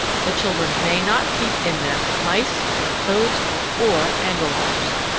the children may not keep in them mice or toads or angleworms.